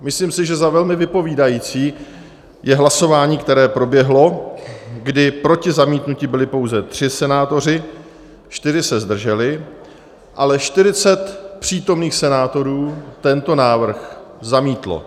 Myslím si, že velmi vypovídající je hlasování, které proběhlo, kdy proti zamítnutí byli pouze 3 senátoři, 4 se zdrželi, ale 40 přítomných senátorů tento návrh zamítlo.